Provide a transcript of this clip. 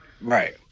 Right